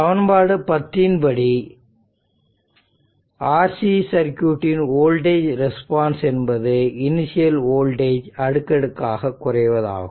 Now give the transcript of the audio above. சமன்பாடு 10 ன் படி RC சர்க்யூட் ன் வோல்டேஜ் ரெஸ்பான்ஸ் என்பது இனிசியல் வோல்டேஜ் அடுக்கடுக்காக குறைவதாகும்